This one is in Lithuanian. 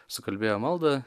sukalbėjo maldą